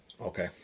Okay